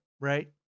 right